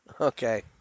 Okay